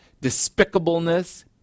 despicableness